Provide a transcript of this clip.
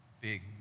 Big